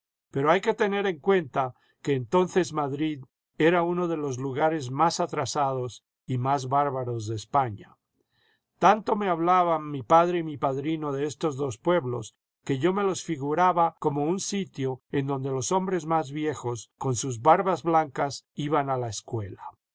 pero hay que tener en cuenta que entonces madrid era uno de los lugares más atrasados y más bárbaros de españa tanto me hablaban mi padre y mi padrino de estos dos pueblos que yo me los figuraba como un sitio en donde los hombres más viejos con sus barbas blancas iban a la escuela